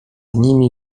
nimi